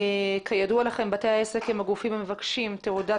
כידוע לכם בתי העסק הם הגופים המבקשים תעודת